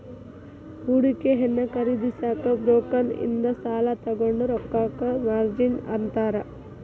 ಹೂಡಿಕೆಯನ್ನ ಖರೇದಿಸಕ ಬ್ರೋಕರ್ ಇಂದ ಸಾಲಾ ತೊಗೊಂಡ್ ರೊಕ್ಕಕ್ಕ ಮಾರ್ಜಿನ್ ಅಂತಾರ